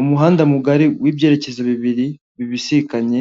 Umuhanda mugari w'ibyerekezo bibiri bibisikanye